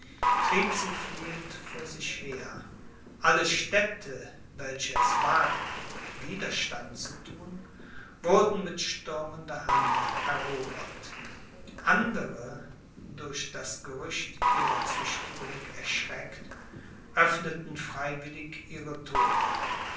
trieb sie fliehend vor sich her alle städte welche es wagten widerstand zu thun wurden mit stürmender hand erobert andere durch das gerücht ihrer züchtigung erschreckt öffneten freiwillig ihre thore